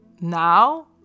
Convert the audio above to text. now